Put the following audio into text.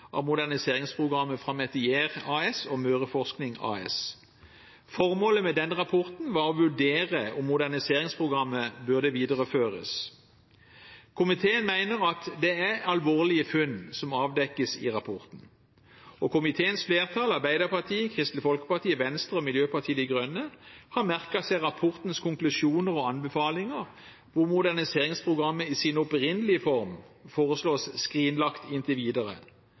av moderniseringsprogrammet fra Metier AS og Møreforsking AS. Formålet med denne rapporten var å vurdere om moderniseringsprogrammet burde videreføres. Komiteen mener at det er alvorlige funn som avdekkes i rapporten, og komiteens flertall, Arbeiderpartiet, Kristelig Folkeparti, Venstre og Miljøpartiet De Grønne, har merket seg rapportens konklusjoner og anbefalinger, hvor moderniseringsprogrammet i sin opprinnelige form foreslås skrinlagt inntil videre.